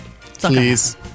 please